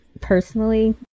personally